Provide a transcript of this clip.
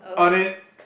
on it